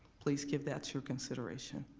please give that your consideration.